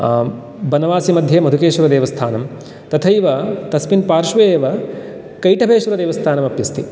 बनवासी मध्ये मधुकेशवदेवस्थानं तथैव तस्मिन् पार्श्वे एव कैटभेश्वर देवस्थानम् अप्यस्ति